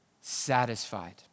satisfied